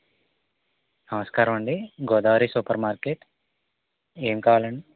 నమస్కారమండీ Godavari super market ఏం కావాలండి